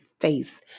face